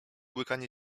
łykanie